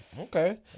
Okay